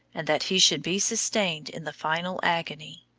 and that he should be sustained in the final agony.